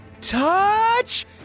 touch